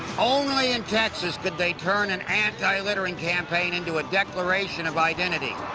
only in texas could they turn an anti-littering campaign into a declaration of identity.